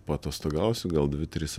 paatostogausiu gal dvi tris